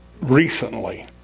recently